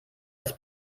das